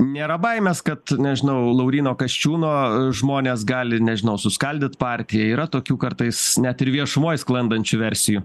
nėra baimės kad nežinau lauryno kasčiūno žmonės gali nežinau suskaldyt partiją yra tokių kartais net ir viešumoj sklandančių versijų